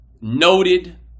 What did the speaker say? noted